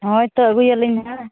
ᱦᱳᱭ ᱛᱚ ᱟᱹᱜᱩᱭᱟᱞᱤᱧ ᱱᱟᱦᱟᱜ